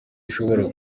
ishobora